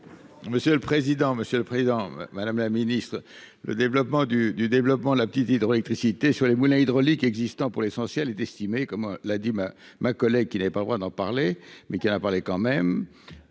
Monsieur le Président, Madame la Ministre, le développement du du développement, la petite hydroélectricité sur les moulins hydrauliques existants pour l'essentiel est estimé comme l'a dit ma ma collègue qui n'avait pas le droit d'en parler, mais qui en a parlé quand même